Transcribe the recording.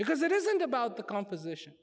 because it isn't about the composition